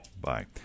Bye